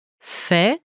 Fait